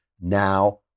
now